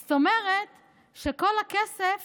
זאת אומרת שכל הכסף